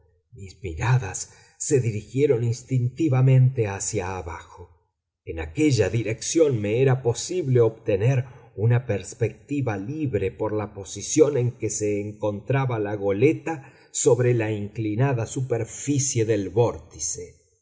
miradas se dirigieron instintivamente hacia abajo en aquella dirección me era posible obtener una perspectiva libre por la posición en que se encontraba la goleta sobre la inclinada superficie del vórtice el